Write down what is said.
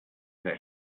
that